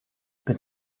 but